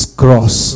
cross